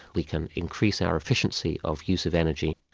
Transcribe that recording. we can increase our efficiency of use of energy,